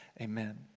Amen